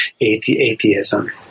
atheism